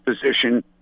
position